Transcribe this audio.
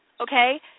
okay